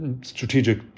strategic